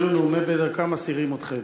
אפילו נאומים בני דקה מסעירים אתכם.